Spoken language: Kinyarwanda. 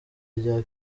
rya